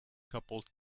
coupled